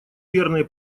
верные